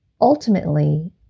Ultimately